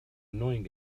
annoying